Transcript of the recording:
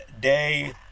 day